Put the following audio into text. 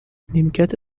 نیمکت